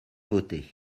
votée